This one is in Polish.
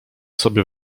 sobie